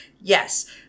yes